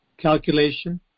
calculation